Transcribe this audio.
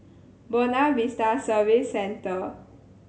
Buona Vista Service Centre